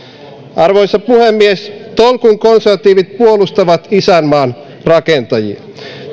arvoisa puhemies tolkun konservatiivit puolustavat isänmaan rakentajia